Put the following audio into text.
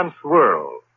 swirl